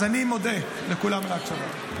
אז אני מודה לכולם על ההקשבה.